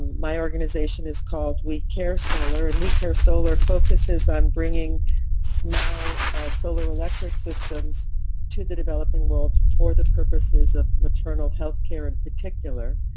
my organization is called we care solar. and we care solar focuses on bringing small solar electric systems to the developing world for the purposes of maternal healthcare in particular.